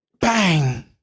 bang